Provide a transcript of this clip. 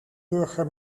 burger